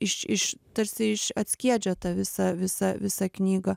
iš iš tarsi iš atskiedžia tą visą visą visą knygą